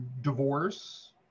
divorce